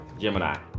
Gemini